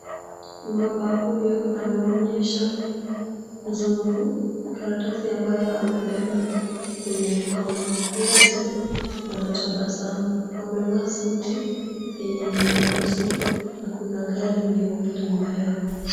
Mbaba huyo anaonyesha mzungu karatasi ambayo amebeba kwenye mkono, wote wanatabasamu. Wamevaa suti yenye ni nyeusi na kuna gari nyeupe nyuma yao.